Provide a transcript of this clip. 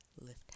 Lift